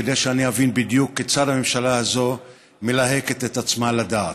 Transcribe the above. כדי שאני אבין בדיוק כיצד הממשלה הזאת מלהקת את עצמה לדעת.